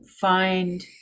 find